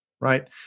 right